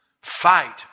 fight